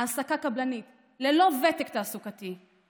העסקה קבלנית ללא ותק תעסוקתי,